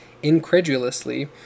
incredulously